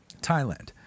Thailand